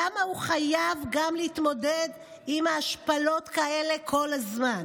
למה הוא חייב להתמודד גם עם השפלות כאלה כל הזמן?